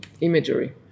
imagery